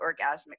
orgasmic